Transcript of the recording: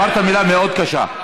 אמרת מילה מאוד קשה.